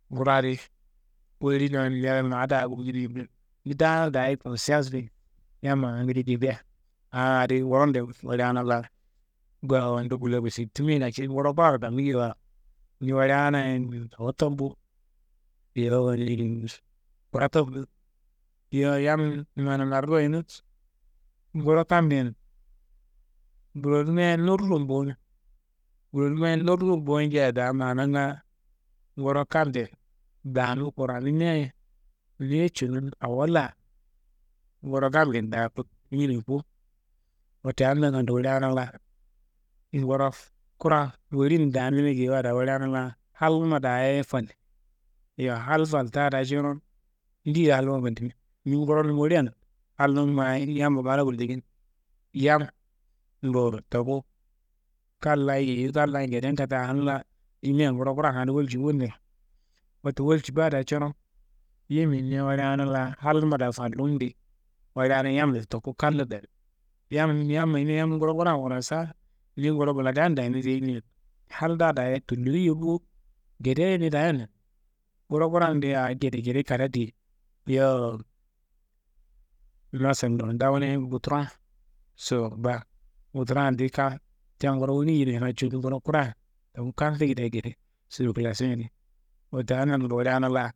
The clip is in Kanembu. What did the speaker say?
Ngura di niro ma daa wulji di, ni daanum daayi konsiansnimin yammayi awongede jedea, aan adi ngurodemu woleana laa goyi awonju gulorifiyetiye lakin nguro kuraro gami geyiwa, ni wolianayen ninkura tam bo, yowo ninkura tambu. Yowo yam mana nariro ayino, nguro kammiyen bronimiaye norum bo no, bronimiaye norum bo nja daa mananga, nguro kamben daamu kuranimia ye, niyi cunum awo laa nguro kamben daaku. Wote adi nangando woleana laa nguro kura n woli n damina geyiwa daa woleana laa halnumma daaye falti, yowo hal falta daa curon, ndiyidi halnumma fallimi? Ni nguronum wolian halnummaye yamro mana gullimi, yam bo toku, kan laa- ye yeyu, kan laa- ye ngeden katte, aanun laa dimia nguro kuran adi wolji bo niro, wote wolji baa daa curon, yiminia woleana laa halnumma daa fallumu di woleana yammun toku kallo dami, yam yam ayimia yam nguro wuran wurasa, ni nguro bladean dami dowo yimina, halnda daaye tulloyiye bowo, gedeye ni daaye nonimi. Nguro kuran di awo gedegede kada diye, yowo, massalo nda wune ngutronso, ngutra di ka ca nguro woliyero racu nguro kura toku kantungedea gede, sirkulasion yedi, wote adi nangando woleana laa.